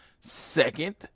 Second